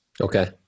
Okay